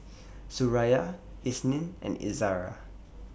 Suraya Isnin and Izara